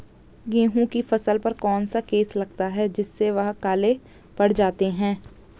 गेहूँ की फसल पर कौन सा केस लगता है जिससे वह काले पड़ जाते हैं?